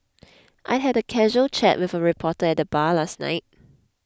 I had a casual chat with a reporter at the bar last night